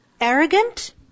arrogant